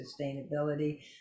sustainability